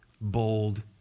bold